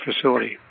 facility